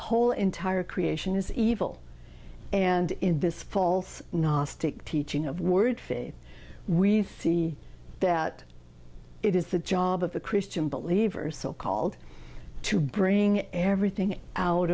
whole entire creation is evil and in this false gnostic teaching of word faith we've seen that it is the job of the christian believers so called to bring everything out